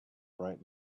bright